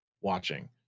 watching